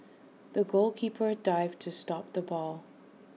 the goalkeeper dived to stop the ball